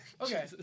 Okay